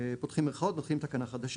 פותחים מירכאות, פותחים תקנה חדשה.